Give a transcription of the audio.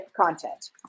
content